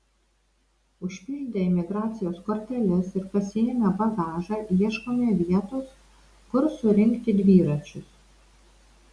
užpildę imigracijos korteles ir pasiėmę bagažą ieškome vietos kur surinkti dviračius